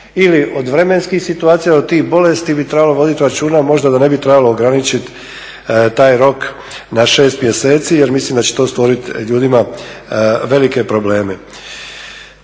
ili od vremenskih situacija do tih bolesti bi trebalo voditi računa, a možda da ne bi trebalo ograničiti taj rok na 6 mjeseci jer mislim da će to stvoriti ljudima velike probleme.